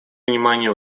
внимания